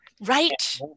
right